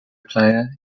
player